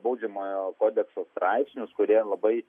baudžiamojo kodekso straipsnius kurie labai